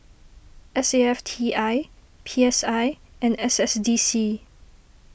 S A F T I P S I and S S D C